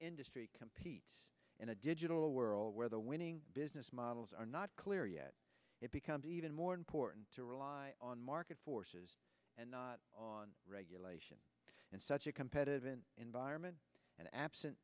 industry competes in a digital world where the winning business models are not clear yet it becomes even more important to rely on market forces and not on regulation in such a competitive in environment and absent